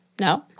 No